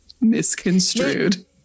misconstrued